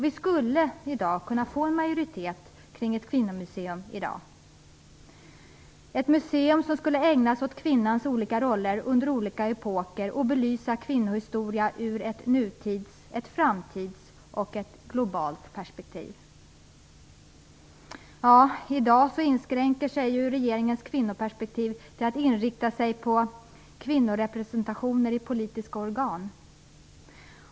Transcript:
Vi skulle i dag kunna få en majoritet kring ett kvinnomuseum, ett museum som skulle ägnas åt kvinnans olika roller under olika epoker och belysa kvinnohistoria ur ett nutidsperspektiv, ett framtidsperspektiv och ett globalt perspektiv. I dag inskränker sig ju regeringens kvinnoperspektiv till att inrikta sig på kvinnorepresentation i politiska organ.